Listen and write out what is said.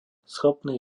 schopný